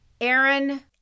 Aaron